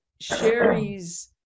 sherry's